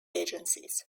agencies